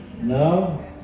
No